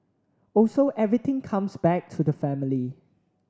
also everything comes back to the family